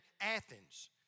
Athens